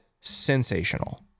sensational